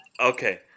Okay